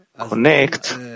connect